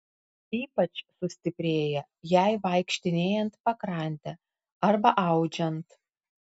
ypač sustiprėja jai vaikštinėjant pakrante arba audžiant